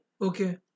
Okay